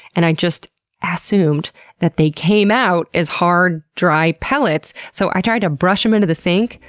and i just ass-umed that they came out as hard, dry pellets. so i tried to brush them into the sink,